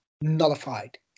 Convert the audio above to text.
nullified